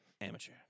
amateur